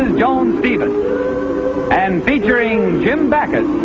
jones stephen and featuring jim bakker as